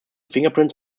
fingerprints